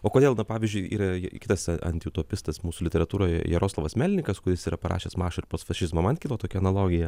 o kodėl na pavyzdžiui yra kitas antiutopistas mūsų literatūroje jaroslavas melnikas kuris yra parašęs mašą fašizmą man kilo tokia analogija